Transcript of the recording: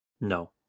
No